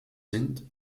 sind